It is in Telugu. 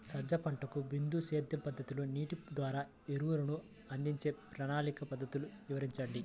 సజ్జ పంటకు బిందు సేద్య పద్ధతిలో నీటి ద్వారా ఎరువులను అందించే ప్రణాళిక పద్ధతులు వివరించండి?